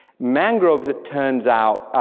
mangroves it turns out,